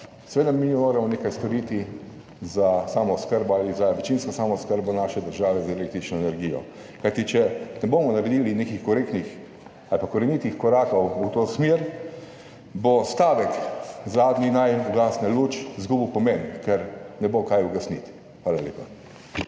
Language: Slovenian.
– mi moramo seveda nekaj storiti za samooskrbo ali za večinsko samooskrbo naše države z električno energijo, kajti če ne bomo naredili nekih korektnih ali pa korenitih korakov v to smer, bo stavek, zadnji naj ugasne luč, izgubil pomen, ker ne bo kaj ugasniti. Hvala lepa.